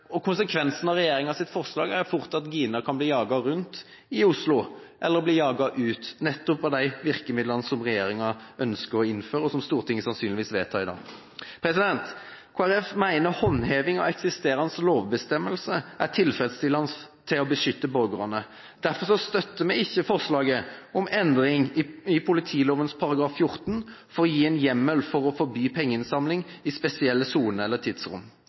Gina. Konsekvensene av regjeringens forslag kan fort bli at Gina blir jaget rundt i Oslo, eller jaget ut, nettopp av de virkemidlene som regjeringen ønsker å innføre, og som Stortinget sannsynligvis kommer til å vedta i dag. Kristelig Folkeparti mener håndheving av eksisterende lovbestemmelser er tilfredsstillende for å beskytte borgerne. Derfor støtter vi ikke forslaget om endring i politiloven § 14 for å gi en hjemmel for å forby pengeinnsamling i spesielle soner eller tidsrom.